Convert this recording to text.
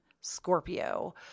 Scorpio